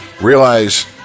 realize